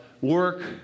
work